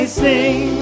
sing